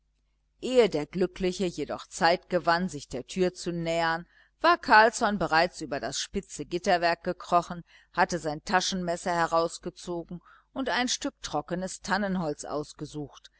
ehe der glückliche jedoch zeit gewann sich der tür zu nähern war carlsson bereits über das spitze gitterwerk gekrochen hatte sein taschenmesser herausgezogen und ein stück trockenes tannenholz ausgesucht